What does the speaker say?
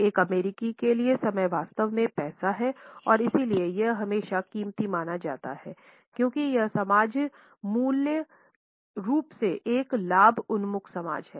एक अमेरिकी के लिए समय वास्तव में पैसा है और इसलिए यह हमेशा कीमती माना जाता है क्योंकि यह समाज मूल रूप से एक लाभ उन्मुख समाज है